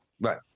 Right